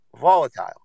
volatile